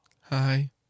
Hi